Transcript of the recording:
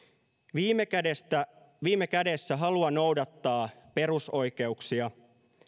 viime kädessä viime kädessä halua noudattaa perusoikeuksia